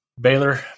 Baylor